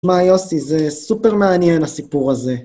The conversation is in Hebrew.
מה יוסי זה סופר מעניין הסיפור הזה